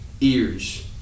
ears